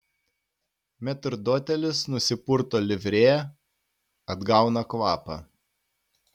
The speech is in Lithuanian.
metrdotelis nusipurto livrėją atgauna kvapą